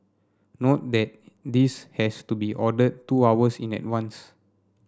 note that this has to be ordered two hours in advance